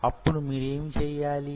అప్పుడు మీరేమి చెయ్యాలి